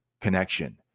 connection